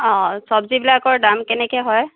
অঁ চবজিবিলাকৰ দাম কেনেকৈ হয়